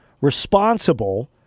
responsible